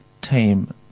team